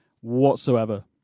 Whatsoever